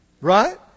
Right